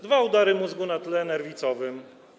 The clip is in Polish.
Dwa udary mózgu na tle nerwicowym.